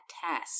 task